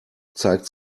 zeigt